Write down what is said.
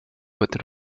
with